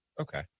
Okay